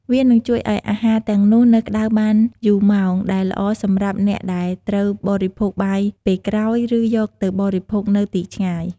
វានឹងជួយឲ្យអាហារទាំងនោះនៅក្ដៅបានយូរម៉ោង ដែលល្អសម្រាប់អ្នកដែលត្រូវបរិភោគបាយពេលក្រោយ ឬយកទៅបរិភោគនៅទីឆ្ងាយ។